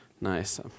nice